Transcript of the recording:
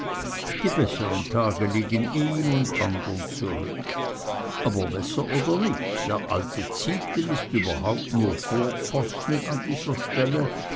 die besseren tage liegen ihm und anderen zurück aber besser oder nicht der alte zieten ist überhaupt nur vorposten an dieser stelle